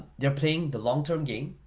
they're playing the long-term game.